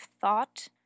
thought